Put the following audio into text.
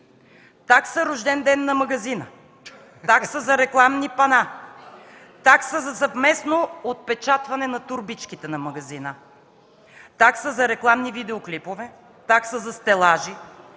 такса „Рожден ден” на магазин; - такса за рекламни пана; - такса за съвместно отпечатване на торбичките на магазина; - такса за рекламни видеоклипове; - такса за стелажи;